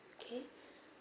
okay